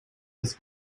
das